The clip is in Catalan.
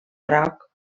groc